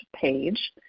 page